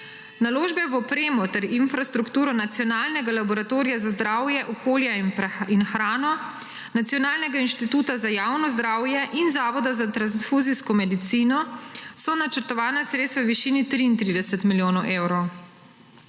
naložbe v opremo ter infrastrukturo Nacionalnega laboratorija za zdravje, okolje in hrano, Nacionalnega inštituta za javno zdravje in Zavoda za transfuzijsko medicino so načrtovana sredstva v višini 33 milijonov evrov.